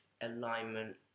alignment